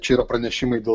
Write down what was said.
čia yra pranešimai dėl